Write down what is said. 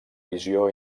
visió